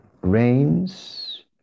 rains